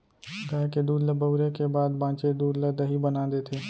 गाय के दूद ल बउरे के बाद बॉंचे दूद ल दही बना देथे